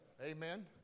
Amen